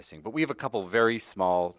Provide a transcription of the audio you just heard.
missing but we have a couple very small